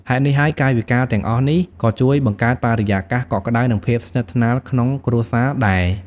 ហេតុនេះហើយ កាយវិការទាំងអស់នេះក៏ជួយបង្កើតបរិយាកាសកក់ក្ដៅ និងភាពស្និទ្ធស្នាលក្នុងគ្រួសារដែរ។